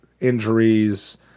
injuries